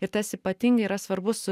ir tas ypatingai yra svarbus